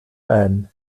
ben